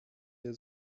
der